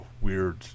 weird